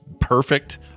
perfect